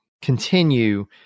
continue